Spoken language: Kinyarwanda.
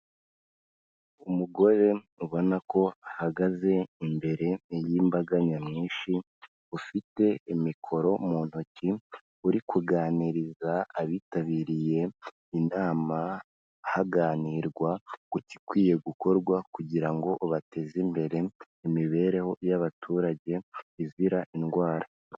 Umugore ubona ko ahagaze imbere y'imbaga nyamwinshi, ufite mikoro mu ntoki, uri kuganiriza abitabiriye inama, haganirwa ku gikwiye gukorwa kugira ngo bateze imbere imibereho y'abaturage izira indwara.